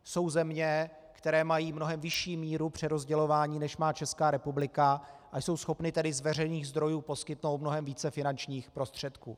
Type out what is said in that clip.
Jsou země, které mají mnohem vyšší míru přerozdělování, než má Česká republika, a jsou schopné tedy z veřejných zdrojů poskytnout mnohem více finančních prostředků.